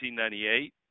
1998